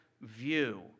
view